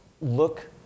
look